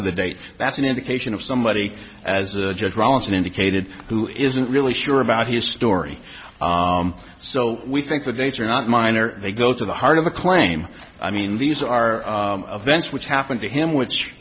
to the date that's an indication of somebody as a judge rollason indicated who isn't really sure about his story so we think the dates are not minor they go to the heart of the claim i mean these are adventure which happened to him which